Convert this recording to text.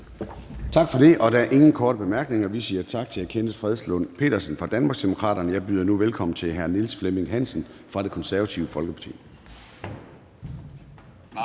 Tak for det. Der er ingen korte bemærkninger. Vi siger tak til hr. Kenneth Fredslund Petersen fra Danmarksdemokraterne. Jeg byder nu velkommen til hr. Niels Flemming Hansen fra Det Konservative Folkeparti.